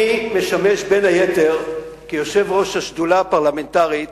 אני משמש בין היתר כיושב-ראש השדולה הפרלמנטרית